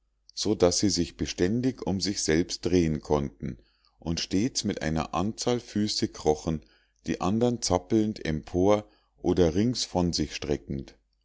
so daß sie sich beständig um sich selbst drehen konnten und stets mit einer anzahl füße krochen die andern zappelnd empor oder rings von sich streckend